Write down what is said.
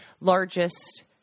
largest